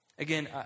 Again